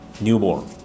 newborn